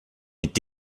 mit